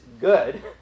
good